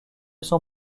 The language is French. son